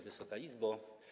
Wysoka Izbo!